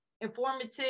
informative